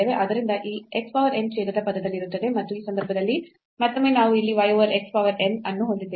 ಆದ್ದರಿಂದ ಈ x power n ಛೇದದ ಪದದಲ್ಲಿರುತ್ತದೆ ಮತ್ತು ಈ ಸಂದರ್ಭದಲ್ಲಿ ಮತ್ತೊಮ್ಮೆ ನಾವು ಇಲ್ಲಿ y over x power n ಅನ್ನು ಹೊಂದಿದ್ದೇವೆ